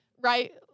right